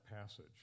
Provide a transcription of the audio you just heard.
passage